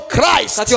Christ